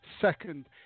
second